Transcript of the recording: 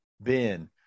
Ben